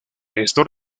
esto